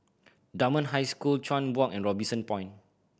Dunman High School Chuan Walk and Robinson Point